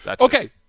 Okay